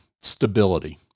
stability